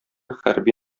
хәрби